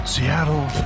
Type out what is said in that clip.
Seattle